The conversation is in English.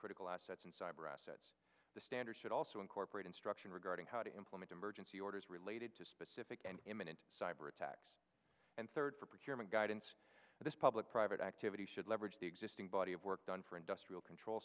critical assets and cyber assets the standard should also incorporate instruction regarding how to implement emergency orders related to specific and imminent cyber attacks and third for human guidance this public private activity should leverage the existing body of work done for industrial control